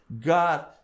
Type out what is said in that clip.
God